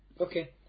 okay